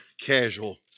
casual